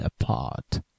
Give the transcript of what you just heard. apart